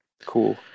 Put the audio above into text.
cool